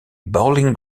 bowling